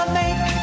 make